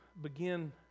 begin